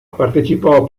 partecipò